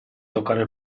toccare